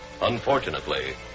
Unfortunately